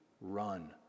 run